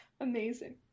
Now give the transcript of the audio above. amazing